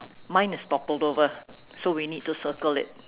mine is toppled over so we need to circle it